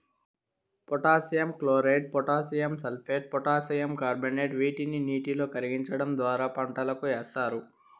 potassium chloride, potassium sulphate, potassium carbonate వీటిని నీటిలో కరిగించడం ద్వారా పంటలకు ఏస్తారు